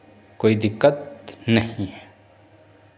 कोई दिक्कत नहीं है